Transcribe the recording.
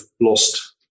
lost